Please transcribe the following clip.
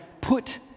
put